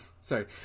Sorry